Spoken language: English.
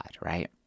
right